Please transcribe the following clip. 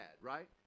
right